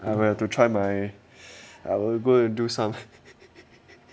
I will have to try my I will go and do some